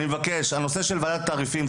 הוא הנושא של ועדת תעריפים,